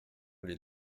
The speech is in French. les